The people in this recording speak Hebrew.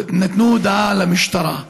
נתנו הודעה למשטרה,